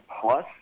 plus